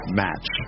match